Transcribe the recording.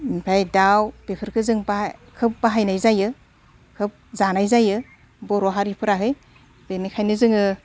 ओमफाय दाउ बेफोरखो जों बाहाय खोब बाहायनाय जायो खोब जानाय जायो बर' हारिफोराहै बेनिखायनो जोङो